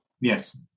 yes